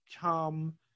come